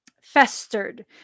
festered